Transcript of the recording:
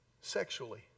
sexually